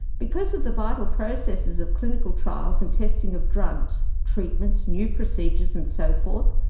because of the vital processes of clinical trials and testing of drugs, treatments, new procedures, and so forth,